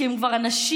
כי הם כבר אנשים.